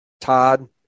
Todd